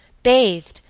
bathed,